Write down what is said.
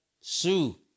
Sue